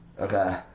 Okay